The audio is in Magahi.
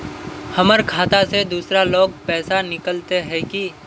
हमर खाता से दूसरा लोग पैसा निकलते है की?